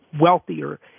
wealthier